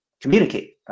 communicate